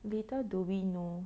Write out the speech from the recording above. little do we know